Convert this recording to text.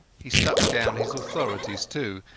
he stuck down his authorities, too,